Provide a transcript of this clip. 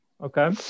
okay